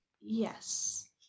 Yes